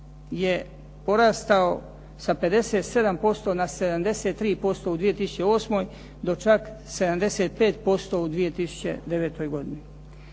je porastao sa 57% na 73% u 2008. do čak 75% u 2009. godini.